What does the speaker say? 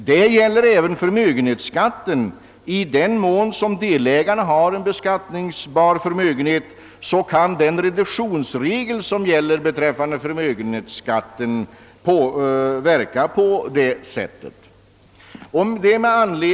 Det gäller även för har beskattningsbar förmögenhet kan den reduktionsregel som gäller beträffande förmögenhetsskatten ge ett sådant resultat.